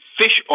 fish